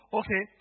okay